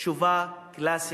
תשובה קלאסית,